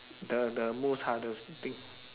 the the most hardest thing